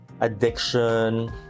addiction